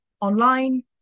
online